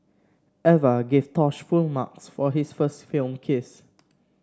Eva gave Tosh full marks for his first film kiss